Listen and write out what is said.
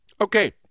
Okay